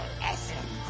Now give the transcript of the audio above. essence